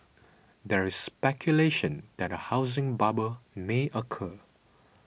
there is speculation that a housing bubble may occur